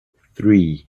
three